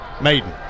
Maiden